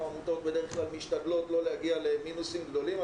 ועמותות בדרך כלל משתדלות לא להגיע למינוסים גדולים.